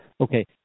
Okay